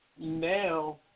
now